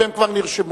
והם כבר נרשמו.